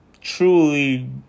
truly